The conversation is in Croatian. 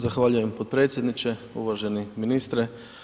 Zahvaljujem potpredsjedniče, uvaženi ministre.